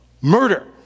Murder